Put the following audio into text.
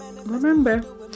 remember